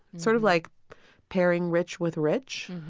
sort of like pairing rich with rich,